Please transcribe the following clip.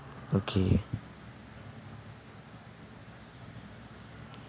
okay